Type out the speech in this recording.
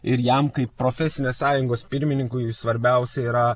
ir jam kaip profesinės sąjungos pirmininkui svarbiausia yra